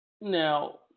Now